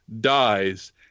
dies